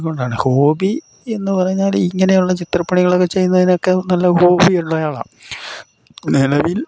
അതുകൊണ്ടാണ് ഹോബി എന്ന് പറഞ്ഞാൽ ഇങ്ങനെയുള്ള ചിത്രപ്പണികളൊക്കെ ചെയ്യുന്നതിനൊക്കെ നല്ല ഹോബിയുള്ളയാളാ നിലവിൽ